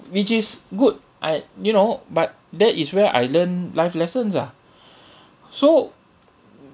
which is good I you know but that is where I learn life lessons ah so